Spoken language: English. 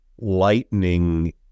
lightning